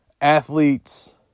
Athletes